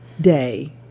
Day